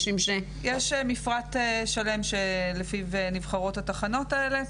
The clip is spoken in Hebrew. יש מפרט שלם שלפיו נבחרות התחנות האלה,